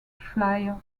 flyer